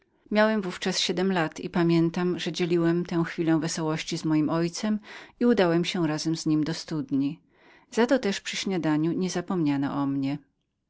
miałem w ówczas siedm lat i pamiętam że dzieliłem tę chwilę wesołości z moim ojcem i udałem się razem z nim do studni za to też przy śniadaniu niezapomniano o mnie